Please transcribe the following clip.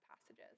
passages